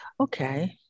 Okay